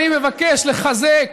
אני מבקש לחזק